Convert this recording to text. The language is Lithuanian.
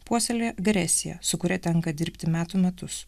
puoselėja agresiją su kuria tenka dirbti metų metus